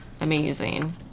Amazing